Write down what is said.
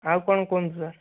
ଆଉ କ'ଣ କୁହନ୍ତୁ ସାର୍